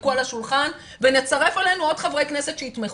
ידפקו על השולחן ונצרף אלינו עוד חברי כנסת שיתמכו.